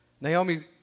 Naomi